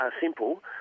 simple